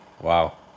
Wow